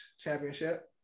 championship